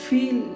Feel